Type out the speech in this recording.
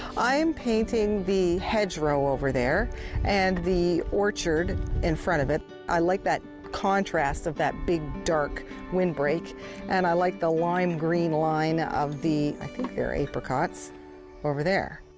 i'm painting the hedgerow over there and the orchard in front of it. i like that contrast of that big, dark windbreak and i like the lime green line of the. i think they're apricots over there.